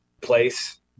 place